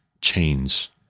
chains